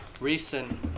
recent